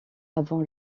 avant